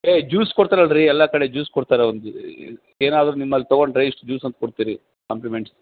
A juice ಕೊಡ್ತರಲ್ಲರಿ ಎಲ್ಲ ಕಡೆ ಜೂಸ್ ಕೊಡ್ತಾರೆ ಒಂದು ಏನಾದರು ನಿಮ್ಮಲ್ಲಿ ತೊಗೊಂಡರೆ ಇಷ್ಟು ಜೂಸ್ ಅಂತ ಕೊಡ್ತಿರಿ ಕಾಂಪ್ಲಿಮೆಂಟ್